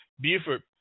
Buford